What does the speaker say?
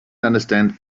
understand